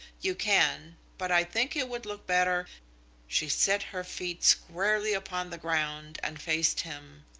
you can, but i think it would look better she set her feet squarely upon the ground and faced him.